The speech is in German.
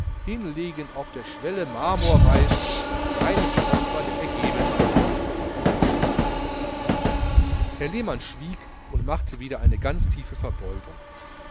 hinlegen auf der schwelle marmorweiß ein kleines opfer der ergebenheit herr lehmann schwieg und machte wieder eine ganz tiefe verbeugung